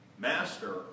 master